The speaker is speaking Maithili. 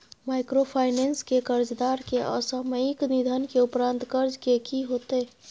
माइक्रोफाइनेंस के कर्जदार के असामयिक निधन के उपरांत कर्ज के की होतै?